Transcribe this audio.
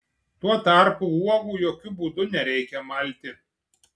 tuo tarpu uogų jokiu būdu nereikia malti